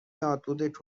یادبود